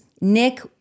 Nick